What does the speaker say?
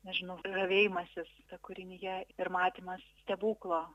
nežinau žavėjimasis kūrinija ir matymas stebuklo